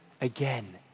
again